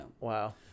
wow